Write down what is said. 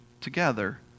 together